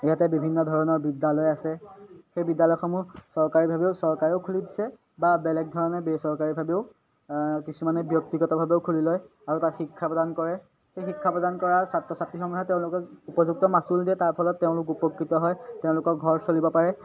ইয়াতে বিভিন্ন ধৰণৰ বিদ্যালয় আছে সেই বিদ্যালয়সমূহ চৰকাৰীভাৱেও চৰকাৰেও খুলি দিছে বা বেলেগ ধৰণে বেচৰকাৰীভাৱেও কিছুমানে ব্যক্তিগতভাৱেও খুলি লয় আৰু তাত শিক্ষা প্ৰদান কৰে সেই শিক্ষা প্ৰদান কৰাৰ ছাত্ৰ ছাত্ৰীসমূহে তেওঁলোকে উপযুক্ত মাচুল দিয়ে তাৰ ফলত তেওঁলোক উপকৃত হয় তেওঁলোকৰ ঘৰ চলিব পাৰে